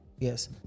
yes